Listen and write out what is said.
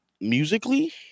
musically